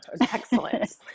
Excellent